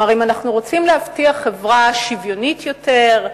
כלומר, אם אנחנו רוצים להבטיח חברה שוויונית יותר,